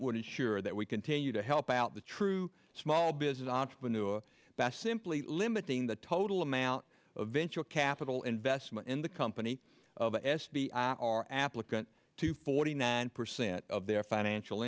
ensure that we continue to help out the true small business entrepreneur best simply limiting the total amount of venture capital investment in the company of a s b i r applicant to forty nine percent of their financial